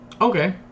Okay